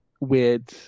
weird